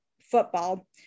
football